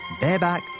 bareback